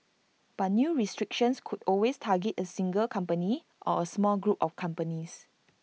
but new restrictions could always target A single company or A small group of companies